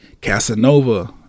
Casanova